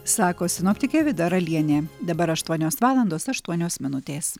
sako sinoptikė vida ralienė dabar aštuonios valandos aštuonios minutės